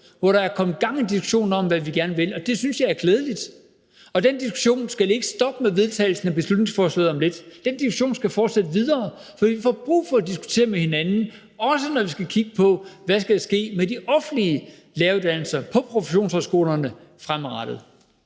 hvor der er kommet gang i diskussionen om, hvad vi gerne vil, og det synes jeg er klædeligt. Den diskussion skal ikke stoppe med vedtagelsen af beslutningsforslaget om lidt. Den diskussion skal fortsætte videre, for vi får brug for at diskutere det med hinanden, også når vi skal kigge på, hvad der skal ske med de offentlige læreruddannelser på professionshøjskolerne fremadrettet.